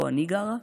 שבו אני גרה,